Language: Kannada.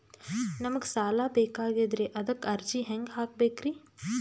ನಮಗ ಸಾಲ ಬೇಕಾಗ್ಯದ್ರಿ ಅದಕ್ಕ ಅರ್ಜಿ ಹೆಂಗ ಹಾಕಬೇಕ್ರಿ?